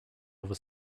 over